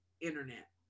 internet